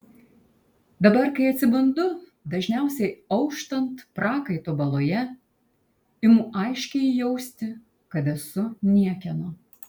dabar kai atsibundu dažniausiai auštant prakaito baloje imu aiškiai jausti kad esu niekieno